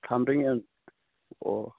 थाम रिंगानिफ्राय अ